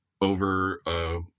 over